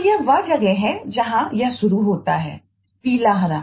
तो यह वह जगह है जहां यह शुरू होता है पीला हरा